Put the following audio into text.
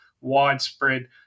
widespread